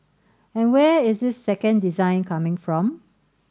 and where is this second design coming from